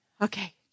okay